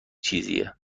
چیزیه